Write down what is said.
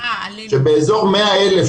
שבאזור ה-100,000,